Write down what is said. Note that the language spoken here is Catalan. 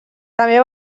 també